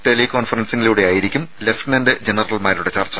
tele കോൺഫറൻസിംഗിലൂടെയായിരിക്കും lieutenant ജനറൽമാരുടെ ചർച്ച